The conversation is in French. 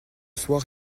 soir